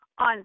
on